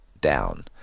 down